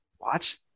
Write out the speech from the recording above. watch